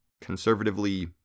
conservatively